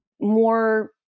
more